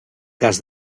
cas